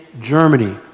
Germany